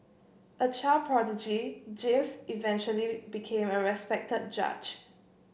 a child prodigy James eventually became a respected judge